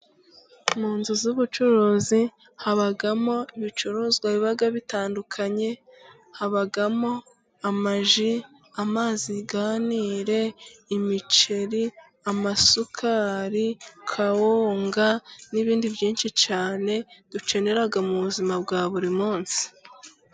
Mu nzu z'ubucuruzi habamo ibicuruzwa biba bitandukanye habamo: amaji, amazi ya nire, imiceri, amasukari ,kawunga n'ibindi byinshi cyane dukenera mu buzima bwa buri munsi.